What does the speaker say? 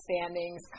standings